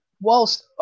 whilst